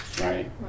right